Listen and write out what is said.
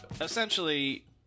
Essentially